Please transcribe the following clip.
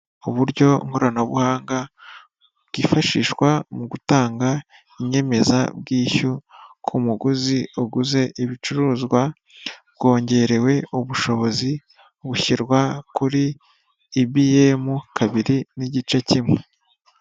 Uburyo nkoranabuhanga bwifashishwa mu gutanga inyemezabwishyu ku muguzi uguze ibicuruzwa bwongerewe ubushobozi bushyirwa kuri ibiyemu kabiri n'igice kimwe.